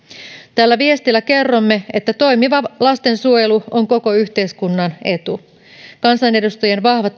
tällä viestillä kerromme että toimiva lastensuojelu on koko yhteiskunnan etu kansanedustajien vahva